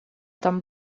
там